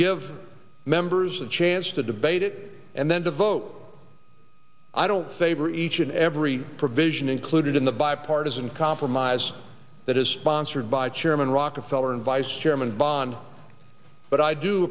give members of chance to debate it and then to vote i don't favor each and every provision included in the bipartisan compromise that is sponsored by chairman rockefeller and vice chairman bond but i do